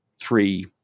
three